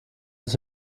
wird